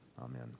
Amen